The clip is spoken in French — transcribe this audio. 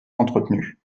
entretenu